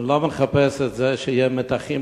אני לא מחפש שיהיו מתחים,